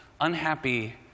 unhappy